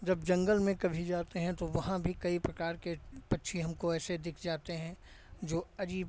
जब जंगल में कभी जाते हैं तो वहाँ भी कई प्रकार के पक्षी हमको ऐसे दिख जाते हैं जो अजीब